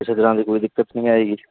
ਕਿਸੇ ਤਰ੍ਹਾਂ ਦੀ ਕੋਈ ਦਿੱਕਤ ਨਹੀਂ ਆਵੇਗੀ